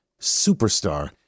superstar